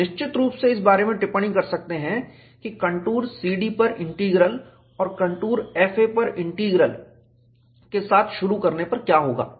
हम निश्चित रूप से इस बारे में टिप्पणी कर सकते हैं कि कंटूर CD पर इंटीग्रल और कंटूर FA पर इंटीग्रल के साथ शुरू करने पर क्या होगा